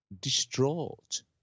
distraught